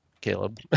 Caleb